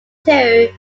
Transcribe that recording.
two